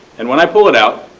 and when i pull it out,